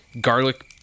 garlic